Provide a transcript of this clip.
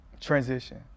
transition